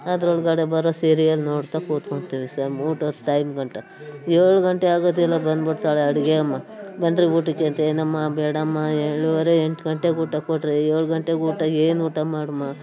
ಅದರೊಳ್ಗಡೆ ಬರೋ ಸೀರಿಯಲ್ ನೋಡ್ತಾ ಕೂತ್ಕೊಳ್ತೀವಿ ಸರ್ ಊಟದ ಟೈಮ್ಗಂಟ ಏಳು ಗಂಟೆ ಆಗೋದಿಲ್ಲ ಬಂದ್ಬಿಡ್ತಾಳೆ ಅಡುಗೆಯಮ್ಮ ಬನ್ನಿರಿ ಊಟಕ್ಕೆ ಅಂತ ಏನಮ್ಮ ಬೇಡಮ್ಮ ಏಳುವರೆ ಎಂಟು ಗಂಟೆಗೆ ಊಟ ಕೊಟ್ಟರೆ ಏಳು ಗಂಟೆಗೆ ಊಟ ಏನು ಊಟ ಮಾಡುಮ